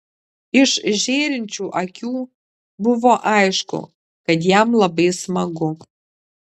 iš žėrinčių akių buvo aišku kad jam labai smagu